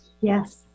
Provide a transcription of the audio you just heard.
Yes